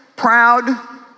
proud